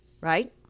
Right